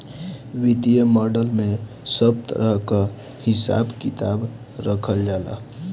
वित्तीय मॉडल में सब तरह कअ हिसाब किताब रखल जाला